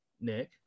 nick